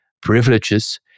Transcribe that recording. privileges